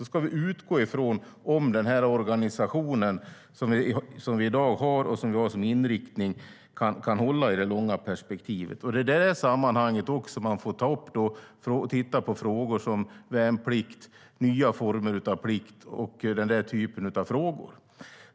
Då ska vi utgå från om den organisation som vi har och har som inriktning kan hålla i det långa perspektivet. Det är i detta sammanhang man får ta upp och titta på frågor om värnplikt, nya former av plikt och så vidare.